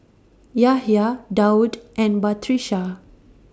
Yahya Daud and Batrisya